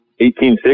1860